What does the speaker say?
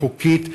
החוקית,